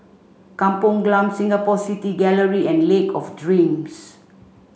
Kampung Glam Singapore City Gallery and Lake of Dreams